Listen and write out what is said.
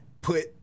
Put